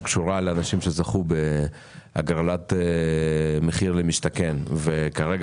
שקשורה לאנשים שזכו בהגרלת "מחיר למשתכן" וכרגע